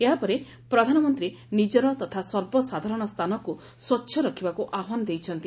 ଏହାପରେ ପ୍ରଧାନମନ୍ତୀ ନିଜର ତଥା ସର୍ବସାଧାରଣ ସ୍ତାନକୁ ସ୍ୱଚ୍ଚ ରଖିବାକୁ ଆହ୍ୱାନ ଦେଇଛନ୍ତି